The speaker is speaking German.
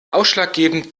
ausschlaggebend